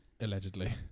Allegedly